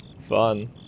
fun